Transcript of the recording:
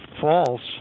false